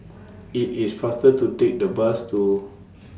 IT IS faster to Take The Bus to